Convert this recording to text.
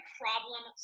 problem